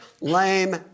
lame